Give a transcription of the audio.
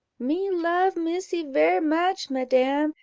me love missy ver much, madam,